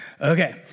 Okay